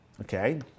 okay